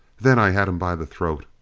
then i had him by the throat.